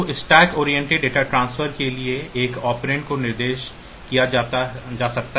तो stack oriented data transfer के लिए एक ऑपरेंड को निर्दिष्ट किया जा सकता है